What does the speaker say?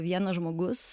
vienas žmogus